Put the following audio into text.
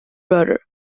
brother